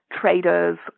traders